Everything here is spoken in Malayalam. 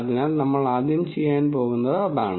അതിനാൽ നമ്മൾ ആദ്യം ചെയ്യാൻ പോകുന്നത് അതാണ്